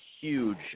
huge